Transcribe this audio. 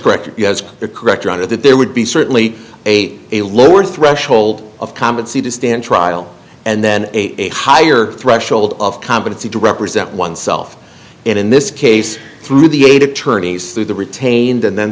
correct or correct rather that there would be certainly a a lower threshold of common c to stand trial and then a higher threshold of competency to represent oneself in this case through the eight attorneys through the retained and then